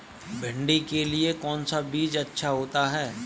भिंडी के लिए कौन सा बीज अच्छा होता है?